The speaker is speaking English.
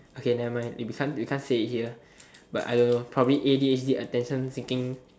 okay nevermind we can't we can't say it here but I don't know probably a_d_h_d attention seeking